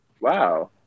Wow